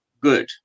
good